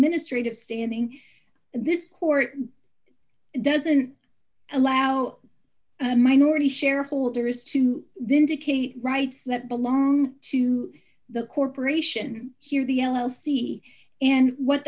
ministry of standing in this court doesn't allow an minority shareholders to vindicate the rights that belong to the corporation here the l l c and what